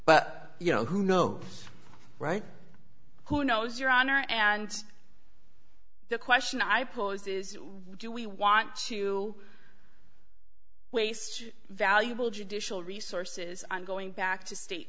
but you know who know right who knows your honor and the question i posed is why do we want to waste valuable judicial resources on going back to state